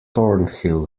thornhill